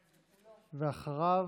ואחריו,